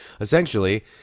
essentially